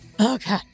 Okay